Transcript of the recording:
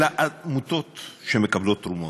של העמותות שמקבלות תרומות.